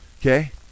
okay